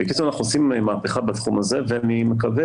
בקיצור אנחנו עושים מהפכה בתחום הזה ואני מקווה